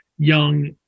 young